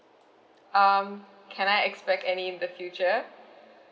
um can I expect any in the future